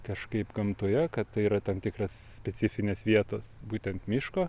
kažkaip gamtoje kad tai yra tam tikras specifinės vietos būtent miško